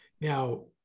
Now